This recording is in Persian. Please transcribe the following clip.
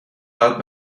باید